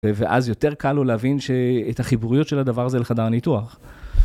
ואז יותר קל לו להבין שאת החיבוריות של הדבר זה לחדר הניתוח.